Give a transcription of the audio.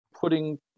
putting